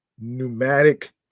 pneumatic